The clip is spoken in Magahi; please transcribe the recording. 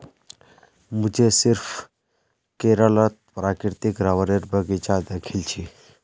मुई सिर्फ केरलत प्राकृतिक रबरेर बगीचा दखिल छि